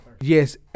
Yes